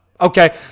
Okay